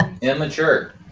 Immature